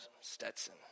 Stetson